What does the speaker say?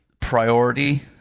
Priority